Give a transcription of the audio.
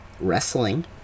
Wrestling